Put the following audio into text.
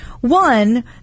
One